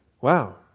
Wow